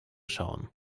schauen